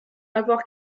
avoir